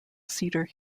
cedar